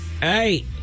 Hey